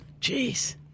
Jeez